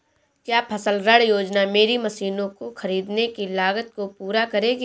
क्या फसल ऋण योजना मेरी मशीनों को ख़रीदने की लागत को पूरा करेगी?